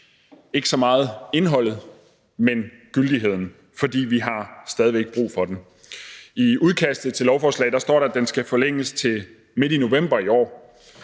ikke så meget indholdet, men gyldigheden, for vi har stadig væk brug for den. I udkastet til lovforslaget står der, at den skal forlænges til midt i november i år,